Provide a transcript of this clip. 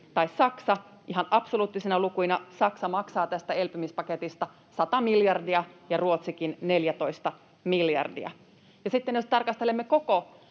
tai Saksa. Ihan absoluuttisina lukuina Saksa maksaa tästä elpymispaketista 100 miljardia ja Ruotsikin 14 miljardia. Sitten jos tarkastelemme koko